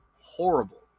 horrible